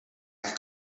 could